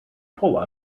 pull